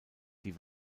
die